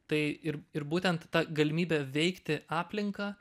tai ir ir būtent ta galimybė veikti aplinką